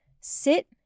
sit